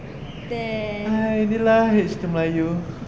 ah ini lah I hate cerita melayu